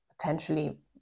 potentially